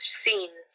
scene